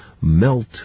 melt